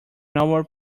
normal